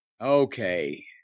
Okay